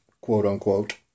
quote-unquote